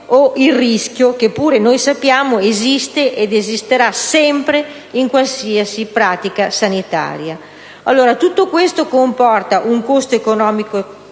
Tutto questo comporta un costo economico